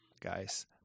guys